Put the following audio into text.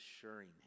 assuring